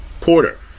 Porter